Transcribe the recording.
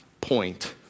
point